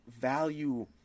value